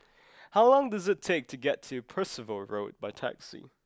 how long does it take to get to Percival Road by taxi